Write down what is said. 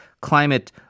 Climate